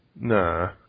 Nah